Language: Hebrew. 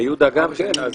ויהודה גם כן.